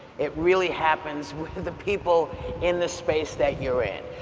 it really happens with the people in the space that you're in.